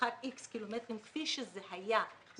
במרחק איקס קילומטרים כפי שזה היה בעבר,